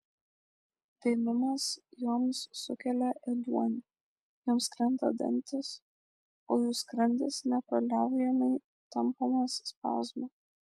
vėmimas joms sukelia ėduonį joms krenta dantys o jų skrandis nepaliaujamai tampomas spazmų